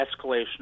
escalation